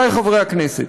עמיתי חברי הכנסת,